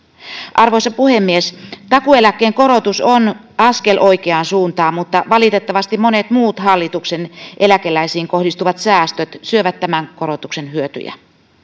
arvoisa puhemies takuueläkkeen korotus on askel oikeaan suuntaan mutta valitettavasti monet muut hallituksen eläkeläisiin kohdistuvat säästöt syövät tämän korotuksen hyötyjä